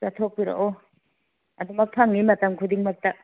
ꯆꯠꯊꯣꯛꯄꯤꯔꯛꯎ ꯑꯗꯨꯃꯛ ꯐꯪꯉꯤ ꯃꯇꯝ ꯈꯨꯗꯤꯡꯃꯛꯇ